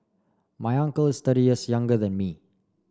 my uncle is thirty years younger than me